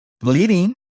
bleeding